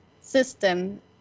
system